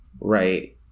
right